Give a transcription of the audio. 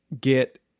get